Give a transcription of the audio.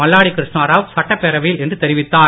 மல்லாடி கிருஷ்ணாராவ் சட்டப்பேரவையில் இன்று தெரிவித்தார்